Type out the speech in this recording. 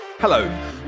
Hello